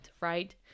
right